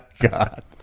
God